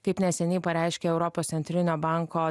kaip neseniai pareiškė europos centrinio banko